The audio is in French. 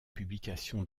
publications